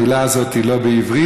המילה הזאת היא לא בעברית,